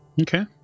Okay